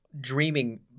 dreaming